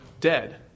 dead